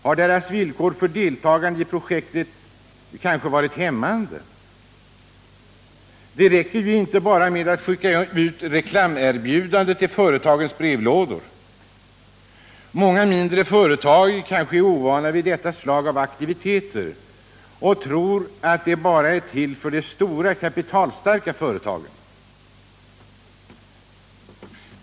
Har dess villkor för deltagande i projektet kanske varit hämmande? Det räcker ju inte med att bara skicka ut reklamerbjudanden i företagens brevlådor. Många mindre företag kanske är ovana vid detta slag av aktiviteter och tror att de bara är till för de stora kapitalstarka företagen.